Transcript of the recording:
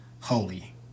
holy